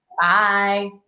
Bye